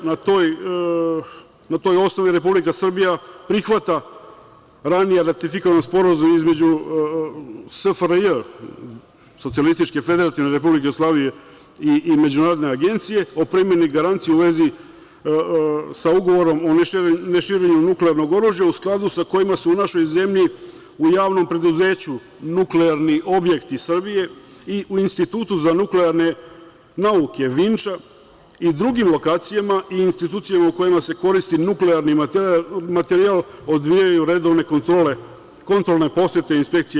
Na toj osnovi Republika Srbija prihvata ranije ratifikovan Sporazum između SFRJ i Međunarodne agencije o primeni garancija u vezi sa Ugovorom o neširenju nuklearnog oružja, a u skladu sa kojima se u našoj zemlji u javnom preduzeću Nuklearni objekti Srbije i u Institutu za nuklearne nauke Vinča i drugim lokacijama i institucijama u kojima se koristi nuklearni materijal odvijaju redovne kontrole, kontrolne posete, inspekcije.